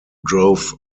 drove